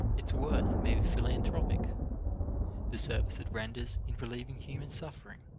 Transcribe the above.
its worth may be philanthropic the service it renders in relieving human suffering